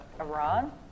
Iran